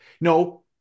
No